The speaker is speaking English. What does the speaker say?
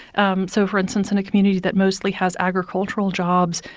um so for instance, in a community that mostly has agricultural jobs,